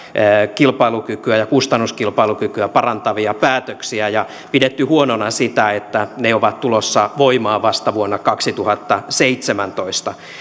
kilpailukykyä ja kustannuskilpailukykyä parantavia päätöksiä ja pidetty huonona sitä että ne ovat tulossa voimaan vasta vuonna kaksituhattaseitsemäntoista